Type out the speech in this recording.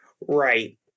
Right